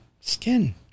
skin